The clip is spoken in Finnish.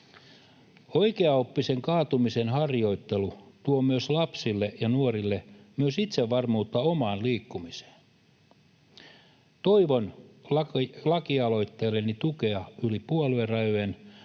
Oikeaoppisen kaatumisen harjoittelu tuo lapsille ja nuorille myös itsevarmuutta omaan liikkumiseen. Toivon lakialoitteelleni tukea yli puoluerajojen,